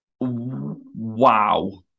Wow